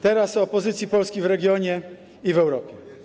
Teraz o pozycji Polski w regionie i Europie.